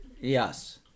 Yes